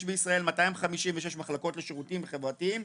יש בישראל 256 מחלקות לשירותים חברתיים,